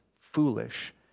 foolish